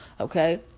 Okay